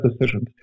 decisions